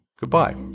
Goodbye